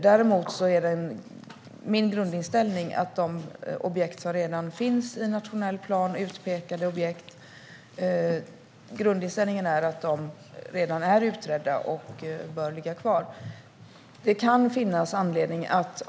Däremot är min grundinställning att de objekt som redan finns i nationell plan, utpekade objekt, redan är utredda och bör ligga kvar.